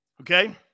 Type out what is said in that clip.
okay